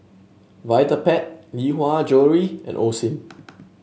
Vitapet Lee Hwa Jewellery and Osim